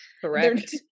Correct